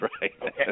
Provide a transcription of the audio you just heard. right